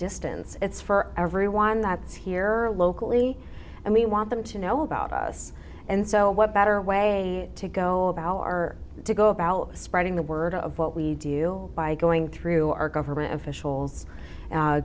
distance it's for everyone that's here or locally and we want them to know about us and so what better way to go about are to go about spreading the word of what we deal by going through our government officials